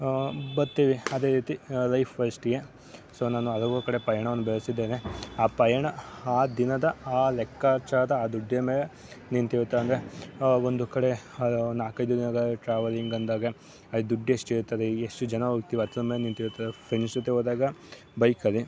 ಬರ್ತೀವಿ ಅದೇ ರೀತಿ ಲೈಫು ಅಷ್ಟೆಯ ಸೊ ನಾನು ಹಲವು ಕಡೆ ಪಯಣವನ್ನು ಬೆಳೆಸಿದ್ದೇನೆ ಆ ಪಯಣ ಆ ದಿನದ ಆ ಲೆಕ್ಕಾಚಾರದ ಆ ದುಡಿಮೆ ನಿಂತಿರುತ್ತೆ ಅಂದರೆ ಆ ಒಂದು ಕಡೆ ನಾಲ್ಕೈದು ದಿನದ ಟ್ರಾವಲಿಂಗ್ ಅಂದಾಗ ದುಡ್ಡು ಎಷ್ಟಿರುತ್ತದೆ ಈಗ ಎಷ್ಟು ಜನ ಹೋಗ್ತೀವಿ ಅದ್ರ ಮೇಲೆ ನಿಂತಿರುತ್ತೆ ಫ್ರೆಂಡ್ಸ್ ಜೊತೆ ಹೋದಾಗ ಬೈಕಲ್ಲಿ